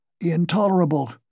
Intolerable